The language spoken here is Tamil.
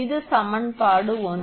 இது சமன்பாடு ஒன்று